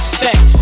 sex